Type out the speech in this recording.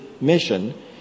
mission